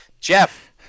Jeff